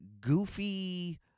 goofy